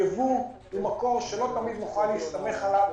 הייבוא הוא מקור שלא תמיד נוכל להסתמך עליו.